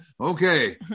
okay